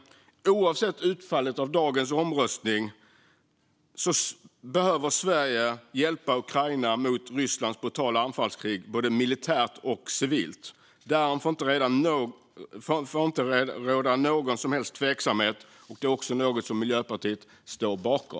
Oavsett utfallet av dagens omröstning behöver Sverige hjälpa Ukraina mot Rysslands brutala anfallskrig, både militärt och civilt. Därom får inte råda någon som helst tveksamhet. Detta är också något som Miljöpartiet står bakom.